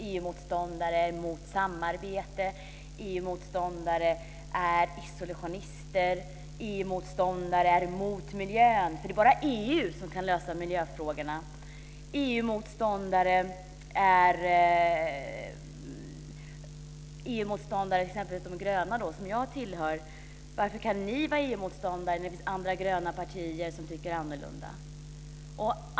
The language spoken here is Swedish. EU-motståndare är mot samarbete. EU-motståndare är isolationister. EU motståndare är mot miljön, för det är bara EU som kan lösa miljöproblemen. Jag tillhör ju de gröna, och man undrar varför vi kan vara EU-motståndare när det finns andra gröna partier som tycker annorlunda.